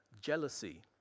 jealousy